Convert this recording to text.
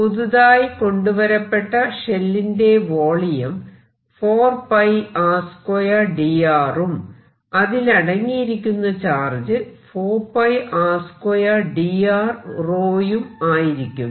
പുതുതായി കൊണ്ടുവരപ്പെട്ട ഷെല്ലിന്റെ വോളിയം 4r2 dr ഉം അതിലടങ്ങിയിരിക്കുന്ന ചാർജ് 4r2 dr ഉം ആയിരിക്കും